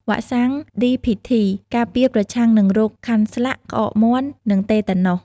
វ៉ាក់សាំង DPT ការពារប្រឆាំងនឹងរោគខាន់ស្លាក់ ក្អកមាន់ និងតេតាណូស។